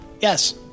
Yes